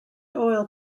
oil